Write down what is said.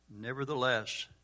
Nevertheless